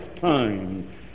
time